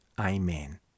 Amen